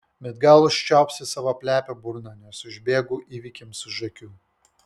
bet gal užčiaupsiu savo plepią burną nes užbėgu įvykiams už akių